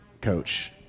coach